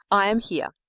i am here.